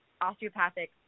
osteopathic